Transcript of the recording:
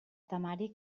temari